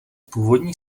původní